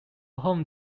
home